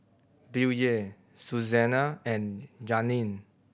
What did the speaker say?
Billye Suzanna and Janeen